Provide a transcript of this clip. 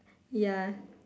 ya